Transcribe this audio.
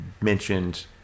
mentioned